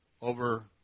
over